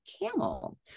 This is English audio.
camel